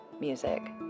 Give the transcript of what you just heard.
music